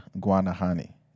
Guanahani